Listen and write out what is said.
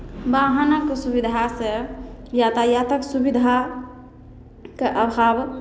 वाहनक सुविधासँ यातायातक सुविधाके अभाव